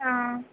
हा